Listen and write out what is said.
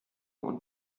und